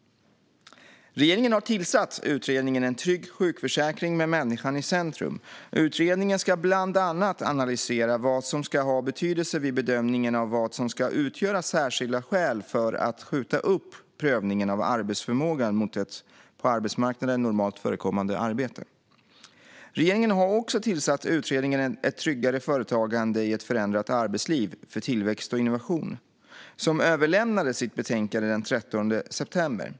Regeringen har tillsatt utredningen En trygg sjukförsäkring med människan i centrum. Utredningen ska bland annat analysera vad som ska ha betydelse vid bedömningen av vad som ska utgöra särskilda skäl för att skjuta upp prövningen av arbetsförmågan mot ett på arbetsmarknaden normalt förekommande arbete. Regeringen har också tillsatt utredningen Ett tryggare företagande i ett förändrat arbetsliv - för tillväxt och innovation, som överlämnade sitt betänkande den 13 september.